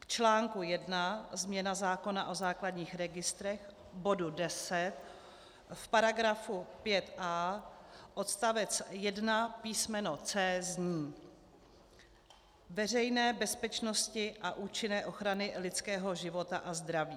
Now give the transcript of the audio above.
V článku I Změna zákona o základních registrech, bodu 10 v § 5a odst. 1 písm. c) zní: veřejné bezpečnosti a účinné ochrany lidského života a zdraví;